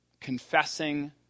confessing